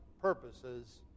purposes